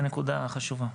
זה נקודה חשובה.